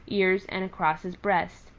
ears and across his breast.